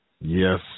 Yes